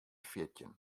fjirtjin